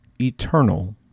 eternal